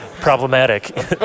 Problematic